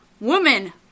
Woman